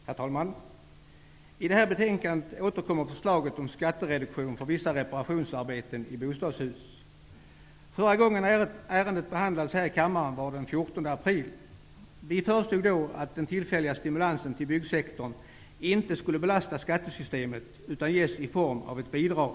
Herr talman! I det här betänkandet återkommer förslaget om skattereduktion för vissa reparationsarbeten i bostadshus. Förra gången ärendet behandlades här i kammaren var den 14 april. Vi föreslog då att den tillfälliga stimulansen till byggsektorn inte skulle belasta skattesystemet utan ges i form av ett bidrag.